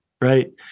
Right